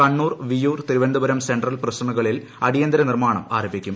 Kannur Viyyur Thiruvananthapuram central പ്രിസണുകളിൽ അടിയന്തിര നിർമ്മാണം ആരംഭിക്കും